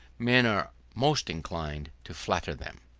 men are most inclined to flatter them.